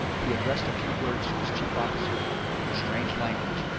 he addressed a few words to his chief officer in their strange language,